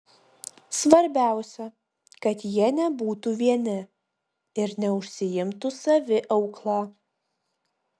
svarbiausia kad jie nebūtų vieni ir neužsiimtų saviaukla